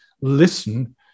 listen